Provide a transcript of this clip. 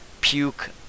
puke